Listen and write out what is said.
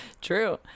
true